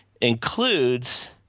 includes